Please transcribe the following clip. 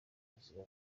kubuzima